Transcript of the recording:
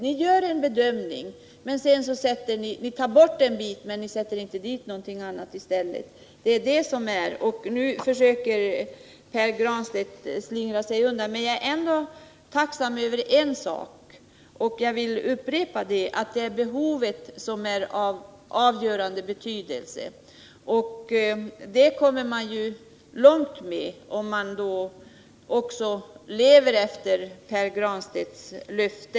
Ni gör en bedömning och tar bort en bit — men ni sätter inte dit någonting annat i stället. Och nu försöker Pär Granstedt slingra sig undan, men jag är ändå tacksam över en sak, och jag vill upprepa det, nämligen att det är behovet som är av avgörande betydelse. Det kommer man långt med om man också lever efter Pär Granstedts löfte.